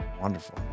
wonderful